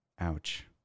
Ouch